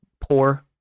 poor